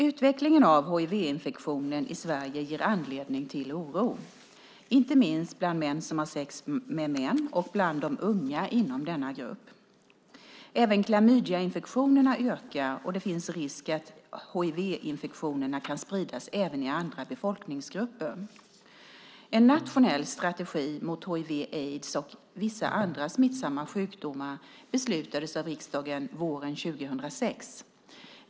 Utvecklingen av hivinfektionen i Sverige ger anledning till oro, inte minst bland män som har sex med män och bland de unga inom denna grupp. Även klamydiainfektionerna ökar, och det finns risk att hivinfektionerna kan spridas också i andra befolkningsgrupper. En nationell strategi mot hiv/aids och vissa andra smittsamma sjukdomar beslutades av riksdagen våren 2006.